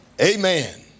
Amen